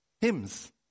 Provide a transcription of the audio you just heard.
hymns